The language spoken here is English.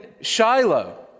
Shiloh